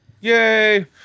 Yay